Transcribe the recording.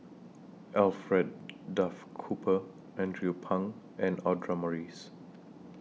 Alfred Duff Cooper Andrew Phang and Audra Morrice